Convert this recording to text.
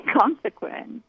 consequence